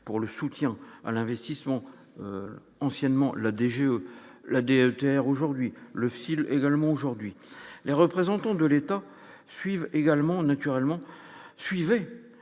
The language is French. pour le soutien à l'investissement, anciennement le DGE la des aujourd'hui le fil également aujourd'hui les représentants de l'État suivent également naturellement suivez